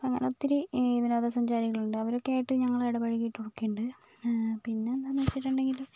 അങ്ങനെ ഒത്തിരി വിനോദസഞ്ചാരികളുണ്ട് അവരൊക്കെ ആയിട്ട് ഞങ്ങൾ ഇടപഴകിയിട്ടൊക്കെ ഉണ്ട് പിന്നെ എന്താണെന്ന് വെച്ചിട്ടുണ്ടെങ്കിൽ